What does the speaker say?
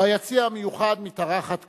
ביציע המיוחד מתארחת קבוצה,